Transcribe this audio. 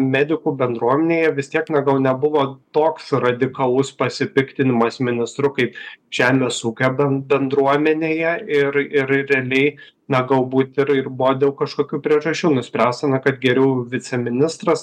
medikų bendruomenėje vis tiek na gal nebuvo toks radikalus pasipiktinimas ministru kaip žemės ūkio ben bendruomenėje ir ir realiai na galbūt ir ir buvo dėl kažkokių priežasčių nuspręsta na kad geriau viceministras